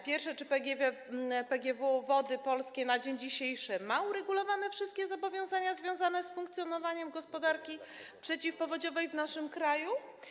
Pierwsze: Czy PGW Wody Polskie na dzień dzisiejszy ma uregulowane wszystkie zobowiązania związane z funkcjonowaniem gospodarki przeciwpowodziowej w naszym kraju?